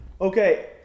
okay